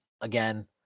again